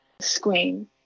screen